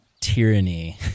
tyranny